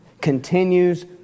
continues